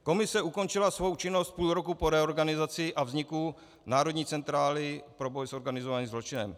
Komise ukončila svou činnost půl roku po reorganizaci a vzniku Národní centrály pro boj s organizovaným zločinem.